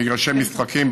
מגרשי משחקים,